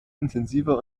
intensiver